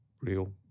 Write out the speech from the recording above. real